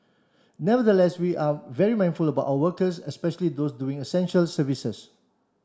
nevertheless we are very mindful about our workers especially those doing essential services